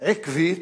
עקבית